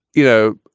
you know,